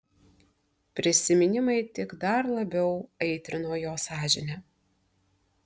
prisiminimai tik dar labiau aitrino jo sąžinę